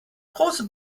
große